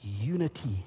unity